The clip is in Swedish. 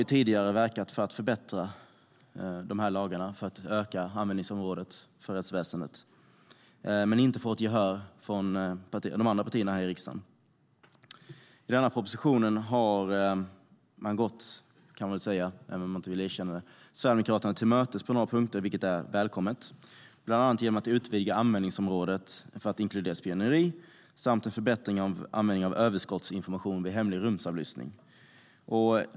Vi har tidigare verkat för att förbättra dessa lagar för att öka användningsområdet för rättsväsendet men inte fått gehör från de andra partierna här i riksdagen. I denna proposition har man, även om man inte vill erkänna det, gått Sverigedemokraterna till mötes på några punkter, vilket är välkommet. Det handlar bland annat om att man utvidgar användningsområdet till att inkludera spioneri samt förbättrar användningen av överskottsinformation vid hemlig rumsavlyssning.